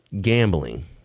Gambling